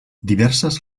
diverses